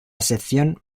sección